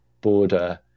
border